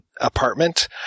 apartment